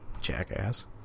Jackass